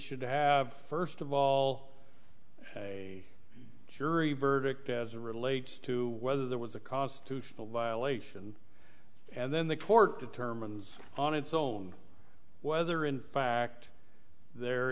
should have first of all a jury verdict as a relates to whether there was a constitutional violation and then the court determines on its own whether in fact there